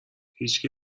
هیچکی